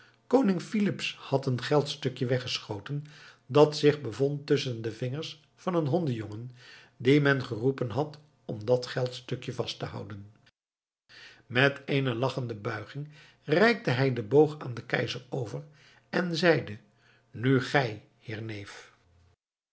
koning filips had een geldstukje weggeschoten dat zich bevond tusschen de vingers van een hondenjongen dien men geroepen had om dat geldstukje vast te houden met eene lachende buiging reikte hij den boog aan den keizer over en zeide nu gij heer neef